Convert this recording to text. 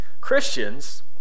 Christians